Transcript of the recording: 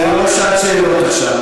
זה לא שעת שאלות עכשיו.